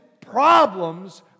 problems